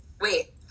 wait